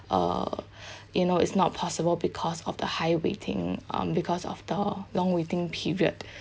uh you know it's not possible because of the high waiting um because of the long waiting period